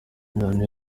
loni